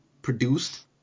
produced